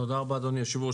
תודה רבה, אדוני היושב-ראש.